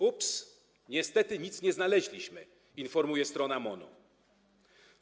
Ups! Niestety, nic nie znaleźliśmy - informuje strona MON-u.